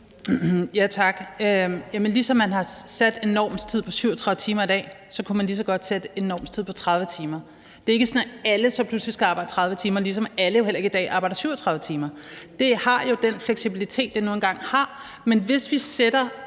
Tak. Jamen ligesom man har sat en normtid på 37 timer i dag, kunne man lige så godt sætte en normtid på 30 timer. Det er ikke sådan, at alle så pludselig skal arbejde 30 timer, ligesom alle heller ikke i dag arbejder 37 timer. Det har jo den fleksibilitet, det nu engang har. Men hvis vi sætter